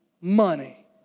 money